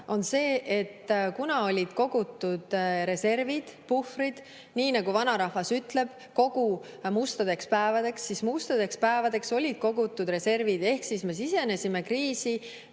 on see, et olid kogutud reservid ja puhvrid – nii nagu vanarahvas ütleb, et kogu mustadeks päevadeks –, mustadeks päevadeks olid kogutud reservid ja me sisenesime kriisi